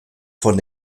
von